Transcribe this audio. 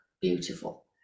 beautiful